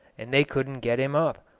and they couldn't get him up.